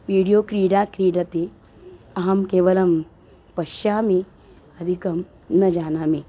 video क्रीडा क्रीडति अहं केवलं पश्यामि अधिकं न जानामि